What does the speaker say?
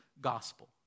gospel